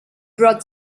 brought